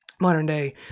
modern-day